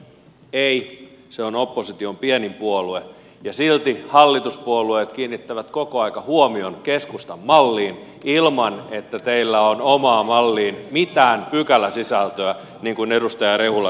ei se on opposition pienin puolue ja silti hallituspuolueet kiinnittävät koko ajan huomion keskustan malliin ilman että teillä on omaan malliin mitään pykäläsisältöä niin kuin edustaja rehula tuossa sanoi